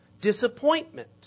Disappointment